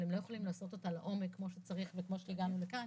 אבל הם לא יכולים לעשות אתה לעומק כמו שצריך וכמו שהגענו לכאן,